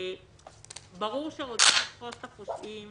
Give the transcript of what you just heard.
ברור שרוצים לתפוס את הפושעים